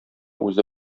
үзе